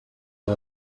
but